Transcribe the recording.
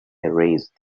erased